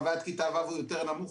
ועד כיתה ו' הוא יותר נמוך.